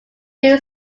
two